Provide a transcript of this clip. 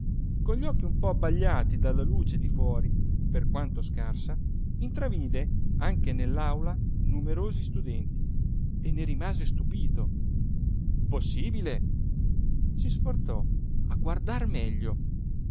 con gli occhi un po abbagliati dalla luce di fuori per quanto scarsa intravide anche nell'aula numerosi studenti e ne rimase stupito possibile si sforzò a guardar meglio